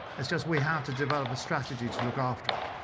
it's just we have to develop a strategy to look after it.